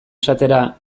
esatera